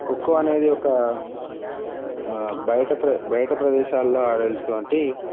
ఖోఖో అనేది ఒక బయట ప్ర బయట ప్రదేశాల్లో ఆడాల్సినవంటి